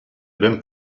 ben